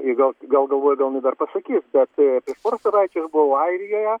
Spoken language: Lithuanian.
ji gal galvoju gal jinai dar pasakys bet savaitę išbuvau airijoje